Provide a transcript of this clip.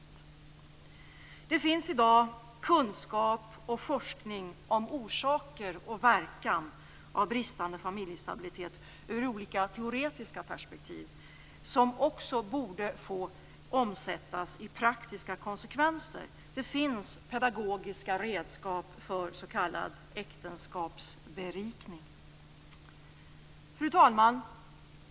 Det finns i dag kunskap och forskning om orsaker och verkan av bristande familjestabilitet ur olika teoretiska perspektiv, som också borde få omsättas i praktiska konsekvenser. Det finns pedagogiska redskap för s.k. äktenskapsberikning. Fru talman!